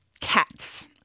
Cats